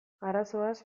arazoaz